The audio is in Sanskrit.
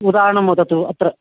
उदाहरणं वदतु अत्र